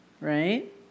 Right